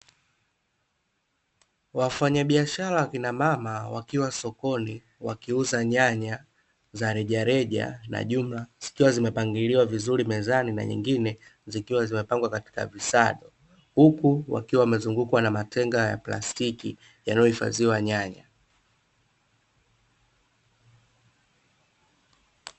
Wafanyabiashara wakina mama wakiwa sokoni wakiuza nyanya za rejareja na jumla zikiwa zimepangiliwa vizuri mezani na nyingine zikiwa zimepangwa katika visado, huku wakiwa wamezungukwa na matenga ya plastiki yanayohifadhiwa nyanya.